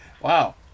Wow